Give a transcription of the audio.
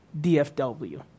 DFW